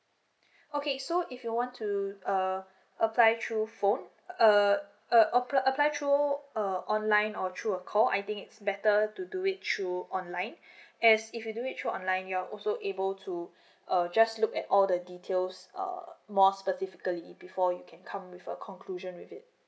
okay so if you want to uh apply through phone uh apply apply through uh online or through a call I think it's better to do it through online as if you do it through online you're also able to err just look at all the details err more specifically before you can come with a conclusion with it